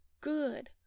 good